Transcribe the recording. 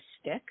stick